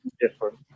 different